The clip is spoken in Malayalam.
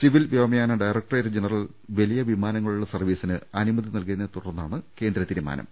സിവിൽ വ്യോമയാന ഡയറക്ടറേറ്റ് ജനറൽ വലിയ വിമാനങ്ങളുടെ സർവീ സിന് അനുമതി നൽകിയതിനെ തുടർന്നാണ് കേന്ദ്ര തീരുമാനം